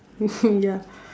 ya